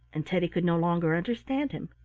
and teddy could no longer understand him.